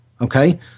Okay